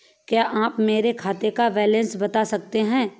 क्या आप मेरे खाते का बैलेंस बता सकते हैं?